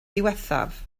ddiwethaf